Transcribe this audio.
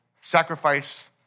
sacrifice